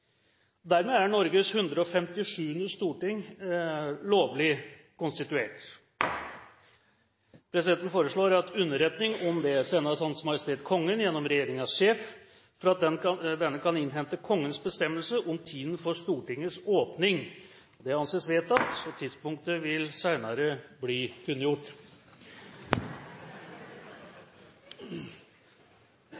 Dermed er Norges 157. storting lovlig konstituert. Presidenten foreslår at underretning om dette sendes Hans Majestet Kongen gjennom regjeringens sjef, for at denne kan innhente Kongens bestemmelse om tiden for Stortingets åpning. – Det anses vedtatt. Tidspunktet vil bli